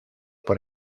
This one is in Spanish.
por